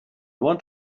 want